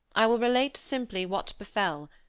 i will relate, simply, what befell,